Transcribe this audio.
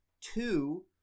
Two